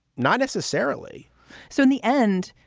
not necessarily so in the end,